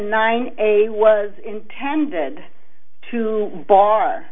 nine a was intended to bar